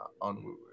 on